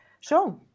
Sure